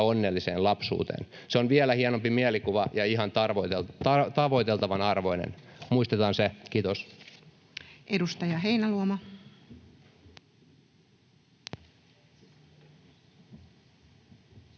onnelliseen lapsuuteen. Se on vielä hienompi mielikuva ja ihan tavoiteltavan arvoinen. Muistetaan se. — Kiitos. [Speech